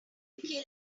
anybody